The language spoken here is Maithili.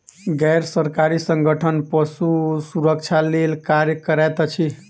गैर सरकारी संगठन पशु सुरक्षा लेल कार्य करैत अछि